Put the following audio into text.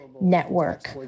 network